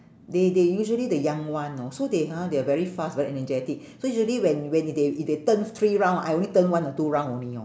they they usually the young one know so they ha they are very fast very energetic so usually when when if they if they turn three round I only turn one or two round only know